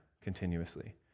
continuously